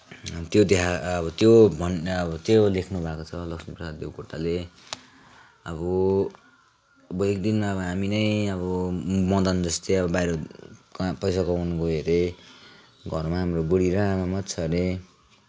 अब त्यो देखाएको अब त्यो भन्नु अब त्यो लेख्नुभएको छ लक्ष्मीप्रसाद देवकोटाले अब अब एक दिन अब हामी नै अब मदन जस्तै अब बाहिर कहीँ पैसा कमाउन गयौँ अरे घरमा हाम्रो बुढी र आमा मात्र छ अरे